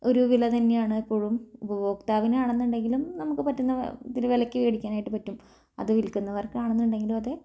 ഒരു വില തന്നെയാണ് ഇപ്പോഴും ഉപഭോക്താവിനാണെന്നുണ്ടെങ്കിലും നമുക്ക് പറ്റുന്ന ഇതിൽ വിലക്ക് മേടിക്കാനായിട്ട് പറ്റും അത് വില്ക്കുന്നവര്ക്കാണെന്നുണ്ടെങ്കിലും അതേ